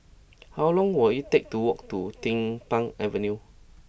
how long will it take to walk to Din Pang Avenue